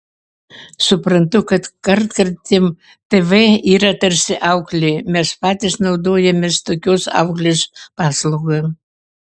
suprantu kad kartkartėm tv yra tarsi auklė mes patys naudojamės tokios auklės paslauga